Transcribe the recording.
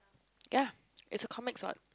ya its a comics what